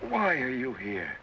why are you here